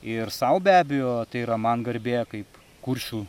ir sau be abejo tai yra man garbė kaip kuršių